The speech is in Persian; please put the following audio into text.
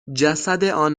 جسدان